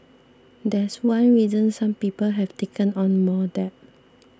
that's one reason some people have taken on more debt